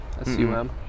S-U-M